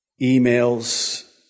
emails